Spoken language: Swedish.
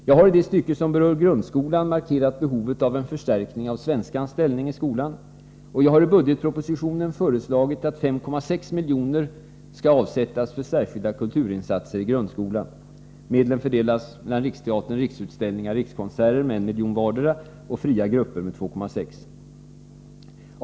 Jag har i det stycke som berör grundskolan markerat behovet av en förstärkning av svenskans ställning i skolan, och jag har i budgetpropositionen föreslagit att 5,6 miljoner skall avsättas för särskilda kulturinsatser i grundskolan. Medlen fördelas mellan Riksteatern, Riksutställningar och Rikskonserter, som får 1 milj.kr. vardera, och fria grupper, som får 2,6 milj.kr.